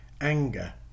anger